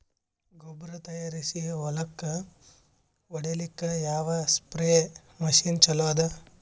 ಗೊಬ್ಬರ ತಯಾರಿಸಿ ಹೊಳ್ಳಕ ಹೊಡೇಲ್ಲಿಕ ಯಾವ ಸ್ಪ್ರಯ್ ಮಷಿನ್ ಚಲೋ ಅದ?